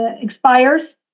expires